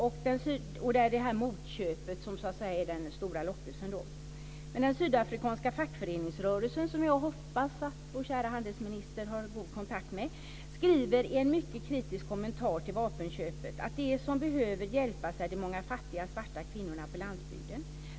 Och den stora lockelsen är detta motköp. Men den sydafrikanska fackföreningsrörelsen, som jag hoppas att vår käre handelsminister har god kontakt med, skriver i en mycket kritisk kommentar till vapenköpet att de som behöver hjälpas är de många fattiga svarta kvinnorna på landsbygden.